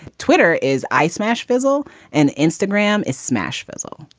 twitter is ice mash veysel and instagram is smash veysel.